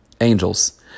angels